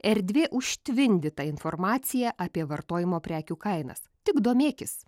erdvė užtvindyta informacija apie vartojimo prekių kainas tik domėkis